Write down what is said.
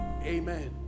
Amen